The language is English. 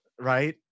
Right